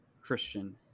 Christian